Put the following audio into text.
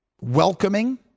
welcoming